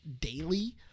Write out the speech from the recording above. daily